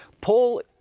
Paul